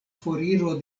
foriro